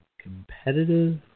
competitive